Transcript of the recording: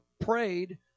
prayed